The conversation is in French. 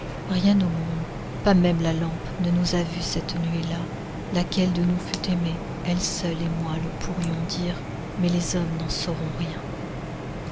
rien au monde pas même la lampe ne nous a vues cette nuit-là laquelle de nous fut aimée elle seule et moi le pourrions dire mais les hommes n'en sauront rien